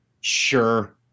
Sure